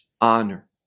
honor